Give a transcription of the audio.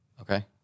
Okay